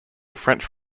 french